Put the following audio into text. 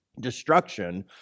destruction